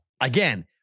again